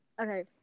Okay